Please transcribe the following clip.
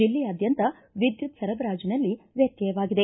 ಜಿಲ್ಲೆಯಾದ್ಯಂತ ವಿದ್ಯುತ್ ಸರಬರಾಜನಲ್ಲಿ ವ್ಯತ್ಯಯವಾಗಿದೆ